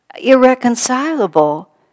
irreconcilable